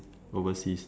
overseas that